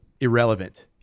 irrelevant